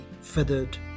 feathered